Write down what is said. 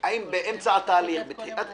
האם באמצע התהליך או בתחילת התהליך.